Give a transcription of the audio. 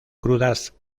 crudas